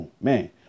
Man